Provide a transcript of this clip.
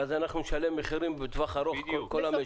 ואז אנחנו נשלם מחירים לטווח ארוך כל המשק.